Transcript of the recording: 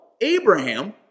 Abraham